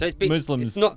Muslims